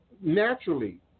naturally